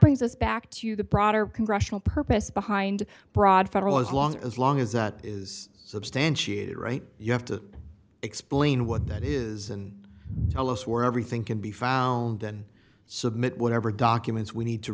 brings us back to the broader congressional purpose behind broad federal as long as long as it is substantiated right you have to explain what that is and tell us where everything can be found then submit whatever documents we need to